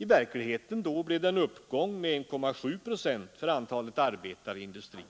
I verkligheten blev det en uppgång med 1,7 procent för antalet arbetare i industrin.